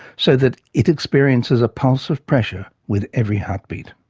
so that it experiences a pulse of pressure with every heartbeat.